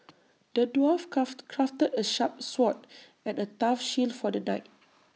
the dwarf crafted crafted A sharp sword and A tough shield for the knight